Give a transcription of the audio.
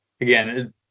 again